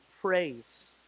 praise